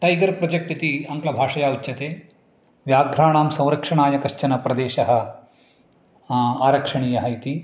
tiger project इति आङ्ग्लभाषया उच्यते व्याघ्राणां संरक्षणाय कश्चन प्रदेशः आरक्षणीयः इति